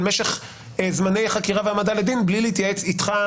משך זמני חקירה והעמדה לדין בלי להתייעץ איתך,